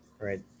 right